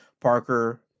Parker